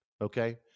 Okay